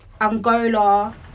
Angola